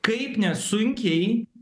kaip nesunkiai